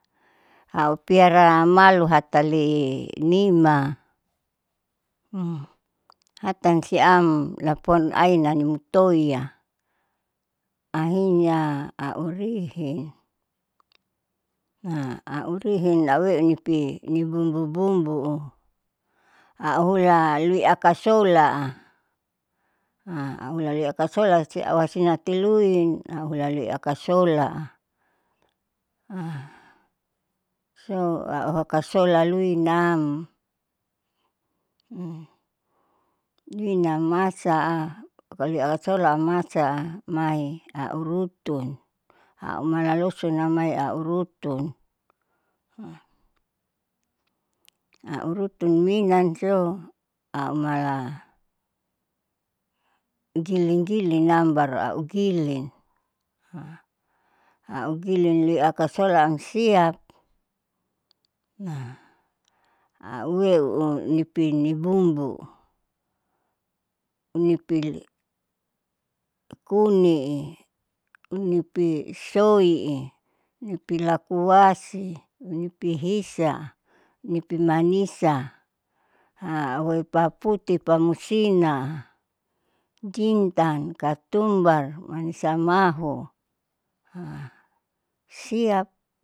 Aupiara malu hataleenima hatan siam lapon ainani mutoiia ahirnya aurihi aurihin auenipi nibumbu bumbu auhula luiakasola'a ahulali akasolasi auhasinatiluin ahulali akasola. so auhoakasola luinnam nina masa'a akasola aumasa'a aumai aurutun, aumalaloson namai aurutun aurutun minanso aumala gilingiling nam baru au gilin augilin liakasola amsiap aueunipin nibumbu, nipin ikuni'i, nipisoi'i, nipin lakoasi, nipihisa, nipimanisa. ahoipaputi pamusina jintan, katumbar, manisamahu siap.